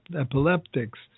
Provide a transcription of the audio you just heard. epileptics